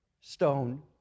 stone